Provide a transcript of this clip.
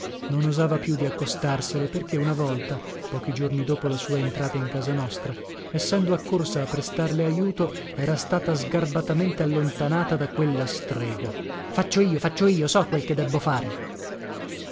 non osava più di accostarsele perché una volta pochi giorni dopo la sua entrata in casa nostra essendo accorsa a prestarle ajuto era stata sgarbatamente allontanata da quella strega faccio io faccio io so quel che debbo fare